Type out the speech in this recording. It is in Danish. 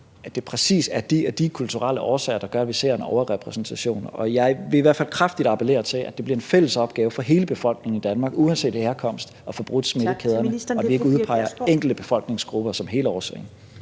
er de og de kulturelle årsager, der gør, at vi ser en overrepræsentation, og jeg vil i hvert fald kraftigt appellere til, at det bliver en fælles opgave for hele befolkningen i Danmark uanset herkomst at få brudt smittekæderne, og at vi ikke udpeger enkelte befolkningsgrupper som hele årsagen.